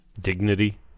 Dignity